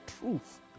truth